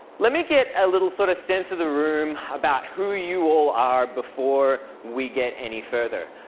let me get a little sort of sense of the room about who you all are before we get any further.